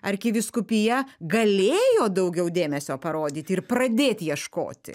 arkivyskupija galėjo daugiau dėmesio parodyti ir pradėti ieškoti